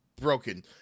broken